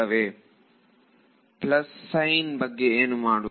ವಿದ್ಯಾರ್ಥಿ plus sign ಬಗ್ಗೆ ಏನು ಮಾಡುವುದು